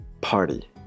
party